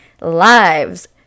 lives